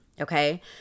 okay